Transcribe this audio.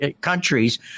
countries